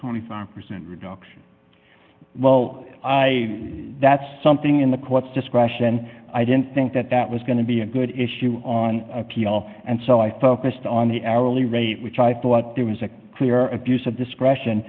twenty five percent well i that's something in the courts discretion i didn't think that that was going to be a good issue on appeal and so i focused on the hourly rate which i thought there was a clear abuse of discretion